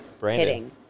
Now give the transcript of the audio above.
Hitting